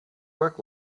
work